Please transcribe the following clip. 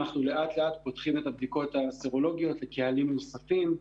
אנחנו לאט-לאט פותחים את הבדיקות הסרולוגיות לקהלים נוספים.